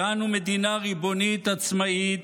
שאנו מדינה ריבונית, עצמאית,